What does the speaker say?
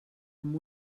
amb